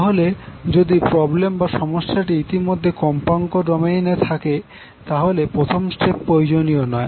তাহলে যদি প্রবলেম বা সমস্যাটি ইতিমধ্যে কম্পাঙ্ক ডোমেইনের থাকে তাহলে প্রথম স্টেপ প্রয়োজনীয় নয়